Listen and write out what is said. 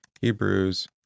Hebrews